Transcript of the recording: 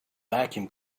vacuum